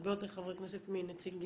הרבה יותר חברי כנסת מנציגים,